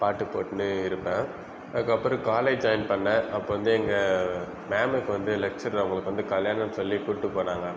பாட்டு போட்னு இருப்பேன் அதுக்கப்புறம் காலேஜ் ஜாயின் பண்ணேன் அப்போ வந்து எங்கள் மேமுக்கு வந்து லக்ச்சர் அவங்களுக்கு வந்து கல்யாணனு சொல்லி கூட்டு போனாங்க